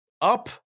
up